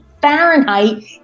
Fahrenheit